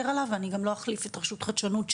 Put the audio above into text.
עליו ואני גם לא אחליף את רשות החדשנות,